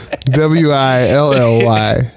W-I-L-L-Y